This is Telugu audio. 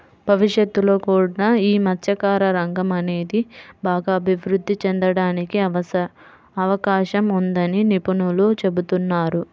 భవిష్యత్తులో కూడా యీ మత్స్యకార రంగం అనేది బాగా అభిరుద్ధి చెందడానికి అవకాశం ఉందని నిపుణులు చెబుతున్నారు